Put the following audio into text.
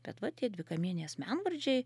bet va tie dvikamieniai asmenvardžiai